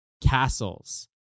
Castles